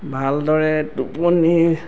ভালদৰে টোপনি